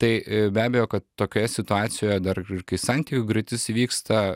tai be abejo kad tokioje situacijoje dar ir kai santykių griūtis įvyksta